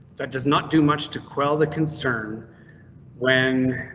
that does not do much to quell the concern when.